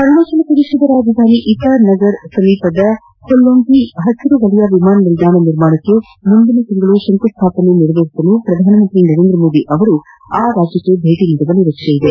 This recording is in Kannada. ಅರುಣಾಚಲ ಪ್ರದೇಶದ ರಾಜಧಾನಿ ಇಟಾನಗರದ ಸಮೀಪದ ಹೊಲ್ಲೋಂಗಿ ಹಸಿರುವಲಯ ವಿಮಾನ ನಿಲ್ದಾಣ ನಿರ್ಮಾಣಕ್ಕೆ ಮುಂದಿನ ತಿಂಗಳು ಶಂಕು ಸ್ಥಾಪನೆ ನೆರವೇರಿಸಲು ಪ್ರಧಾನಮಂತ್ರಿ ನರೇಂದ್ರಮೋದಿ ಆ ರಾಜ್ಯಕ್ಷೆ ಭೇಟ ನೀಡುವ ನಿರೀಕ್ಷೆ ಇದೆ